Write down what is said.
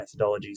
methodologies